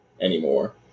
anymore